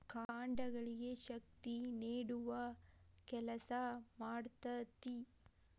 ಕಾಂಡಗಳಿಗೆ ಶಕ್ತಿ ನೇಡುವ ಕೆಲಸಾ ಮಾಡ್ತತಿ